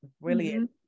brilliant